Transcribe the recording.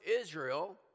Israel